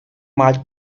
maio